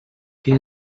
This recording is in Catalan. que